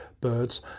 birds